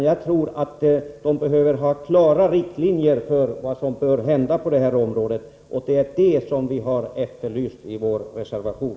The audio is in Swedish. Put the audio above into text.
Jag tror att kommittén behöver ha klara riktlinjer för vad som bör hända, och det är det som vi har efterlyst i vår reservation.